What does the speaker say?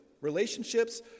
Relationships